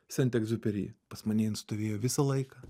sent egziuperi pas mane jin stovėjo visą laiką